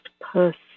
person